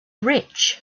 rich